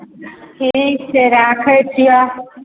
ठीक छै राखै छी आब